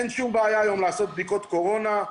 אין שום בעיה היום לעשות בדיקות קורונה,